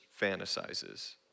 fantasizes